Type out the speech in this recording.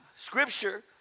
scripture